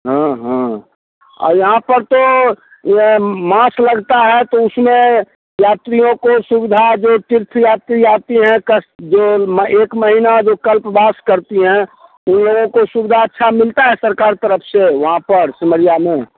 हाँ हाँ और यहाँ पर तो मास लगता है तो उसमें यात्रियों को सुविधा दे तीर्थयात्री आती है कस जो एक महीना जो कल्पवास करती हैं उन लोगों को सुविधा अच्छा मिलता है सरकार की तरफ़ से वहाँ पर सिमाड़िया में